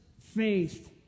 faith